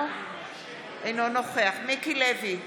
אינו נוכח מיקי לוי,